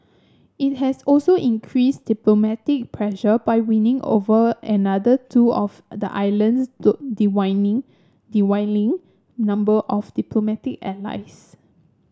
it has also increased diplomatic pressure by winning over another two of the island's dwindling number of diplomatic allies